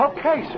Okay